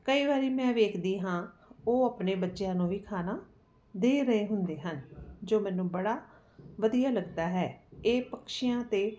ਕਈ ਵਾਰੀ ਮੈਂ ਵੇਖਦੀ ਹਾਂ ਉਹ ਆਪਣੇ ਬੱਚਿਆਂ ਨੂੰ ਵੀ ਖਾਣਾ ਦੇ ਰਹੇ ਹੁੰਦੇ ਹਨ ਜੋ ਮੈਨੂੰ ਬੜਾ ਵਧੀਆ ਲੱਗਦਾ ਹੈ ਇਹ ਪਕਸ਼ਿਆਂ ਤੇ